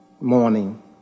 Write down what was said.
morning